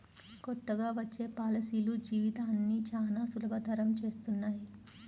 కొత్తగా వచ్చే పాలసీలు జీవితాన్ని చానా సులభతరం చేస్తున్నాయి